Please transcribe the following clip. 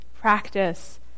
practice